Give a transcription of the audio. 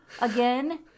again